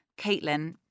Caitlin